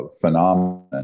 phenomenon